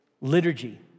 liturgy